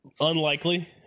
Unlikely